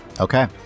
Okay